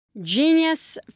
Genius